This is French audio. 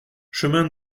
chemin